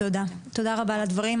תודה רבה על הדברים.